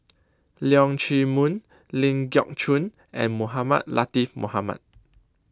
Leong Chee Mun Ling Geok Choon and Mohamed Latiff Mohamed